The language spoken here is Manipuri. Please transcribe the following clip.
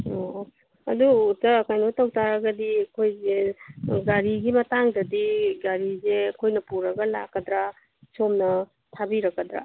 ꯑꯣ ꯑꯗꯨ ꯀꯩꯅꯣ ꯇꯧ ꯇꯥꯔꯒꯗꯤ ꯑꯩꯈꯣꯏꯁꯦ ꯒꯥꯔꯤꯒꯤ ꯃꯇꯥꯡꯗꯗꯤ ꯒꯥꯔꯤꯁꯦ ꯑꯩꯈꯣꯏꯅ ꯄꯨꯔꯒ ꯂꯥꯛꯀꯗ꯭ꯔꯥ ꯁꯣꯝꯅ ꯊꯥꯕꯤꯔꯛꯀꯗ꯭ꯔꯥ